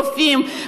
רופאים,